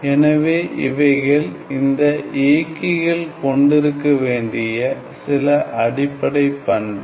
எனவே இவைகள் இந்த இயக்கிகள் கொண்டிருக்க வேண்டிய சில அடிப்படை பண்புகள்